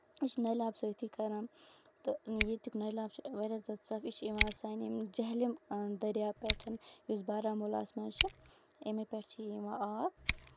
یہِ چھِ نلہِ آب سۭتی کران تہٕ ییٚتیُک نلہِ آب چھُ واریاہ زیادٕ صاف یہِ چھُ یِوان سانہِ ییٚمہِ جہلم ییٚتیُک دریاب پٮ۪ٹھ یُس بارامولہ ہَس منٛز چھُ اَمے پٮ۪ٹھ چھُ یِوان یہِ آب